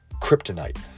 kryptonite